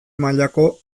mailako